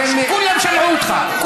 עובדה, מה אתם, כולם שמעו אותך.